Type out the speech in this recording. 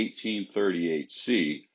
1838C